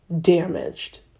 damaged